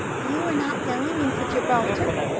you are not going into gibraltar?